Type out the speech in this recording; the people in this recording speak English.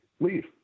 Leave